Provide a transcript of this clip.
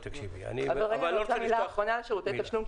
אני רוצה מילה אחרונה על שירותי תשלום,